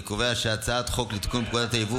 אני קובע שהצעת חוק לתיקון פקודת היבוא